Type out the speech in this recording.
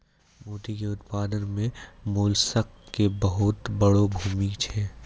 मोती के उपत्पादन मॅ मोलस्क के बहुत वड़ो भूमिका छै